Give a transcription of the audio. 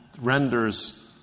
renders